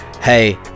hey